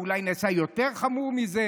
ואולי נעשה משהו יותר חמור מזה,